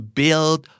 build